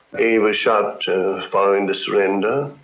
he was shot following the surrender.